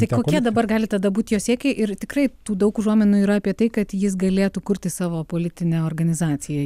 tai kokie dabar gali tada būt jo siekiai ir tikrai tų daug užuominų yra apie tai kad jis galėtų kurti savo politinę organizaciją